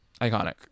iconic